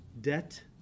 debt